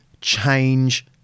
change